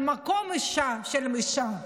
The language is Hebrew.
על המקום של האישה.